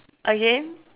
again